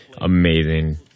amazing